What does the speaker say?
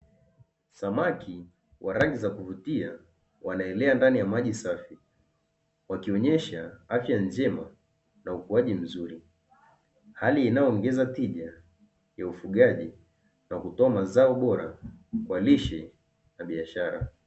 Samaki wa rangi za kuvutia wanaelea ndani ya maji safi wakionesha afya njema na ukuaji mzuri, hali inayoongeza tija ya ufugaji na kutoa mazao bora kwa lishe na biashara.